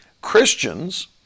Christians